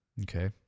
Okay